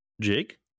Jake